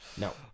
No